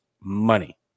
money